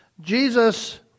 Jesus